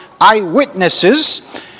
eyewitnesses